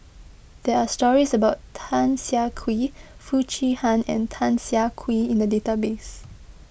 there are stories about Tan Siah Kwee Foo Chee Han and Tan Siah Kwee in the database